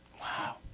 Wow